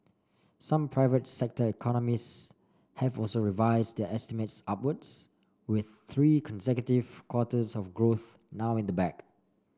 some private sector economists have also revised their estimates upwards with three consecutive quarters of growth now in the bag